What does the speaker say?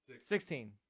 sixteen